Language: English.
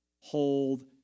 Hold